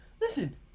Listen